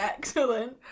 Excellent